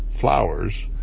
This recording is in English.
flowers